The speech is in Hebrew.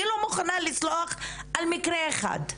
אני לא מוכנה לסלוח על מקרה אחד.